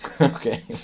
okay